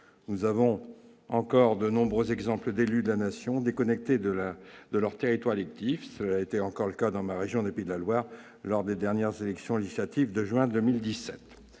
Nous connaissons de nombreux exemples d'élus de la Nation déconnectés de leur territoire électif. Cela a été encore le cas dans ma région des Pays de la Loire lors des élections législatives de juin 2017.